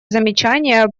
замечания